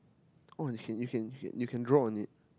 oh you can you can you can draw on it